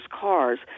cars